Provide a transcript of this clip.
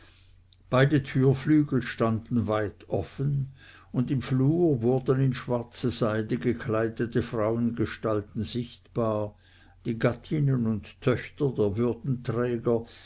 beide türflügel standen weit offen und im flur wurden in schwarze seide gekleidete frauengestalten sichtbar die gattinnen und töchter der würdenträger